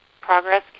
progress